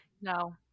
No